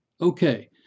Okay